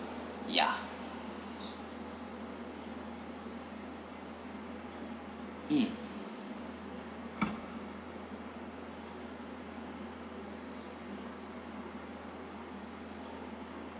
yeah mm